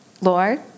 Lord